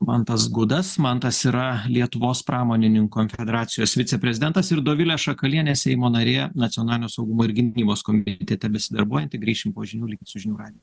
mantas gudas mantas yra lietuvos pramonininkų konfederacijos viceprezidentas ir dovilė šakalienė seimo narė nacionalinio saugumo ir gynybos komitete besidarbuojanti grįšim po žinių likit su žinių radiju